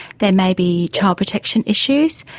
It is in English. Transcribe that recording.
there may be child protection issues,